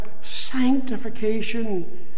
sanctification